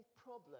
problem